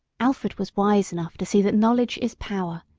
alfred was wise enough to see that knowledge is power,